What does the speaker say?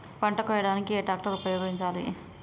పంట కోయడానికి ఏ ట్రాక్టర్ ని ఉపయోగించాలి?